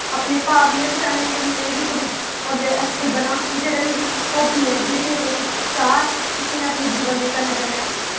अपने भाव में बी चाह्न्नी आं कि में बी कविता अग्गें अच्छी बनां एह् जेह्ड़ी मेरी हाब्बी ऐ जेह्ड़ी मेरी इक चाह् ऐ इसी में अपने जीवन दे कन्नै कन्नै